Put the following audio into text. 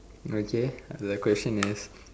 okay the question is